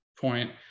point